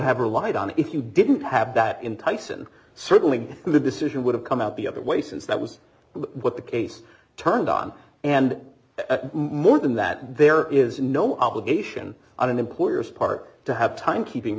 have relied on if you didn't have that entice and certainly the decision would have come out the other way since that was what the case turned on and more than that there is no obligation on employers part to have time keeping